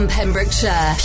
Pembrokeshire